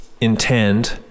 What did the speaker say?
intend